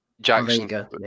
Jackson